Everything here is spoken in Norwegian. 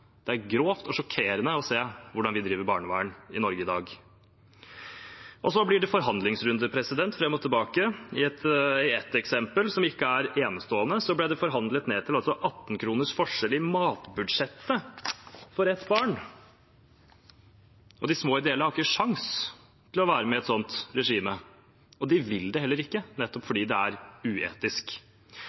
det er grovt – det er grovt og sjokkerende å se hvordan vi driver barnevern i Norge i dag. Så blir det forhandlingsrunder, fram og tilbake. I ett eksempel, som ikke er enestående, ble det forhandlet ned til 18 kroners forskjell i matbudsjettet for et barn. De små ideelle har ikke sjanse til å være med i et sånt regime – og de vil heller ikke nettopp fordi det er uetisk.